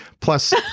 Plus